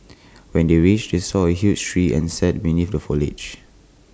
when they reached they saw A huge tree and sat beneath the foliage